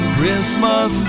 Christmas